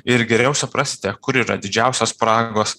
ir geriau suprasite kur yra didžiausios spragos